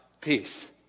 peace